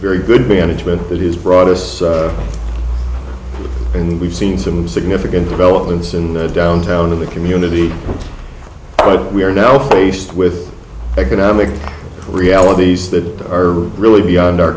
very good management that has brought us and we've seen some significant developments in the downtown of the community but we are now faced with economic realities that are really beyond our